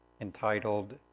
entitled